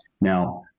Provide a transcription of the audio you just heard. Now